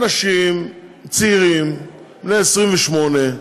אנשים צעירים, בני 28,